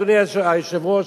אדוני היושב-ראש,